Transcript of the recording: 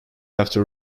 after